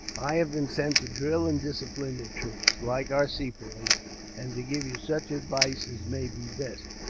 i have been sent to drill and discipline your troops, like our sepoys and to give you such advice as may be best,